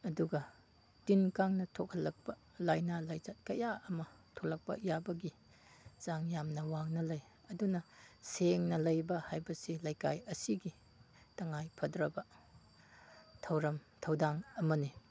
ꯑꯗꯨꯒ ꯇꯤꯟ ꯀꯥꯡꯅ ꯊꯣꯛꯍꯜꯂꯛꯄ ꯂꯥꯏꯅꯥ ꯂꯥꯏꯆꯠ ꯀꯌꯥ ꯑꯃ ꯊꯣꯛꯂꯛꯄ ꯌꯥꯕꯒꯤ ꯆꯥꯡ ꯌꯥꯝ ꯋꯥꯡꯅ ꯂꯩ ꯑꯗꯨꯅ ꯁꯦꯡꯅ ꯂꯩꯕ ꯍꯥꯏꯕꯁꯤ ꯂꯩꯀꯥꯏ ꯑꯁꯤꯕꯨ ꯇꯉꯥꯏ ꯐꯗ꯭ꯔꯕ ꯊꯧꯔꯝ ꯊꯧꯗꯥꯡ ꯑꯃꯅꯤ